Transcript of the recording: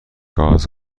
گاز